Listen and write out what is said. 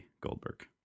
Goldberg